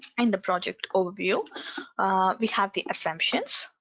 and the project overview we have the assumptions.